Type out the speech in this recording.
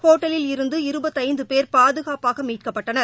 ஹோட்டலில் இருந்து இருபத்தைந்து பேர் பாதுகாப்பாக மீட்கப்பட்டனர்